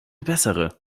bessere